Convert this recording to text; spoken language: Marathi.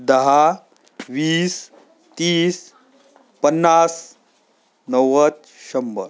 दहा वीस तीस पन्नास नव्वद शंभर